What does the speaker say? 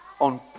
on